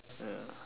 yeah